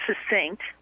succinct